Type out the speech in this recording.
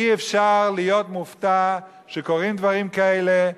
אי-אפשר להיות מופתעים שקורים דברים כאלה,